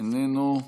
איננו.